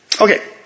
Okay